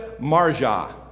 Marja